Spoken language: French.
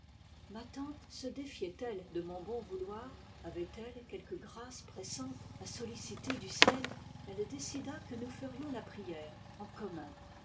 ma tante se défiait elle de mon bon vouloir avait-elle quelque grâce pressante à solliciter du ciel elle décida que nous ferions la prière en commun